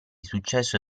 successo